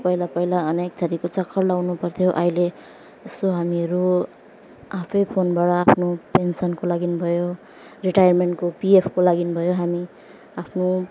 पहिला पहिला अनेक थरीको चक्कर लगाउनु पर्थ्यो अहिले यसो हामीहरू आफै फोनबाट आफ्नो पेन्सनको लागि भयो रिटायरमेन्टको पिएफको लागि भयो हामी आफ्नो